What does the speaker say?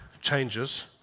changes